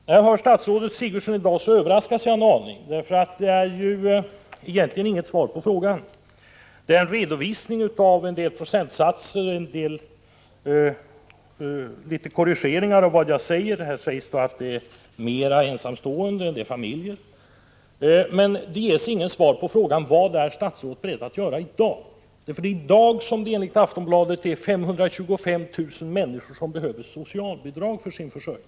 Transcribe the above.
När jag i dag hör statsrådet Sigurdsen överraskas jag en aning, eftersom hon egentligen inte ger något svar på min fråga. Statsrådet lämnar en redovisning av en del procentsatser och gör några korrigeringar av vad jag har sagt. Socialministern framhåller t.ex. att det är fler ensamstående än familjer som får socialbidrag. Men det ges inget svar på frågan vad statsrådet är beredd att göra i dag. Det är i dag som 525 000 människor enligt Aftonbladet behöver socialbidrag för sin försörjning.